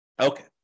okay